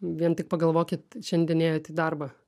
vien tik pagalvokit šiandien ėjot į darbą